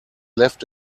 left